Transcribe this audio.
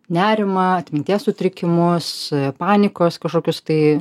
nerimą atminties sutrikimus panikos kažkokius tai